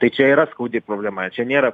tai čia yra skaudi problema čia nėra